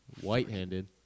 white-handed